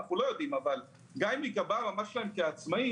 אנחנו לא יודעים אבל גם אם יקבע המעמד שלהם כעצמאים,